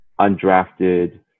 undrafted